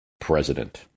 president